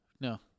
No